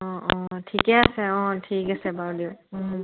অ' অ' ঠিকে আছে অ' ঠিক আছে বাৰু দিয়ক